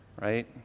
right